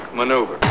maneuver